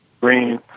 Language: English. Green